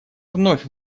вновь